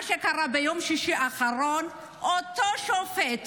מה שקרה הוא שביום שישי האחרון אותו שופט